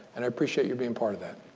and i appreciate your being part of that.